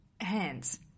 hands